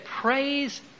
praise